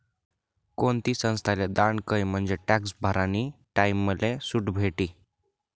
कोणती संस्थाले दान कयं म्हंजे टॅक्स भरानी टाईमले सुट भेटी